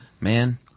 man-